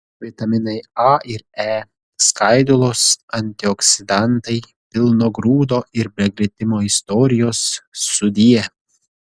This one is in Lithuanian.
vitaminai a ir e skaidulos antioksidantai pilno grūdo ir be glitimo istorijos sudie